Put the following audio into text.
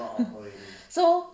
so